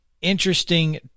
interesting